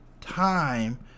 time